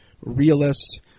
realist